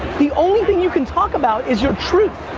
the only thing you can talk about is your truth.